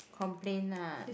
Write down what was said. complain lah